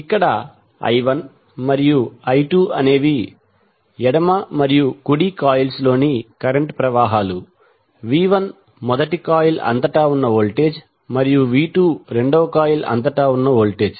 ఇక్కడ i1 మరియు i2 అనేవి ఎడమ మరియు కుడి కాయిల్స్ లోని కరెంట్ ప్రవాహాలు v1 మొదటి కాయిల్ అంతటా ఉన్న వోల్టేజ్ మరియు v2 రెండవ కాయిల్ అంతటా ఉన్న వోల్టేజ్